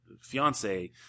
fiance